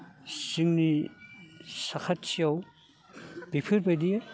जोंनि साखाथियाव बेफोरबायदि